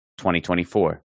2024